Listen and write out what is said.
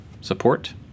support